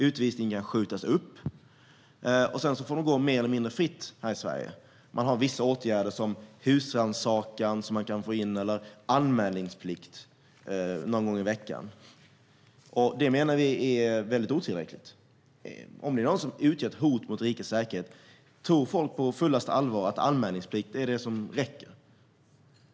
Utvisningen skjuts upp, och denna person får gå mer eller mindre fritt här i Sverige. Man vidtar vissa åtgärder som husrannsakan eller anmälningsplikt någon gång i veckan. Vi menar att det är helt otillräckligt. Om någon utgör ett hot mot rikets säkerhet, tror folk då på fullt allvar att anmälningsplikt räcker?